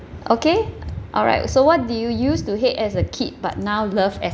okay alright so what do you used to hate as a kid but now love as